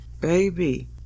baby